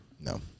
No